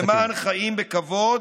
ולמען חיים בכבוד